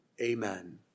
Amen